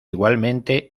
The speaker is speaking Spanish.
igualmente